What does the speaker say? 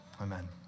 Amen